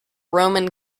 roman